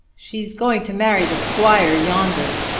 she's going to marry the squire, yonder.